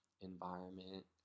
environment